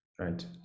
Right